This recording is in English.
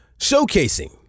showcasing